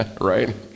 right